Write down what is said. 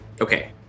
Okay